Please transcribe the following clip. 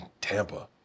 Tampa